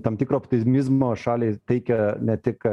tam tikro optimizmo šaliai teikia ne tik